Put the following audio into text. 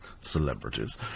Celebrities